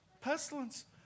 pestilence